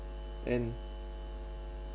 and